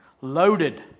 Loaded